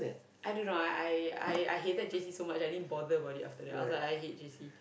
I don't know I I I I hated J_C so much I didn't bother about it after that I was like I hate J_C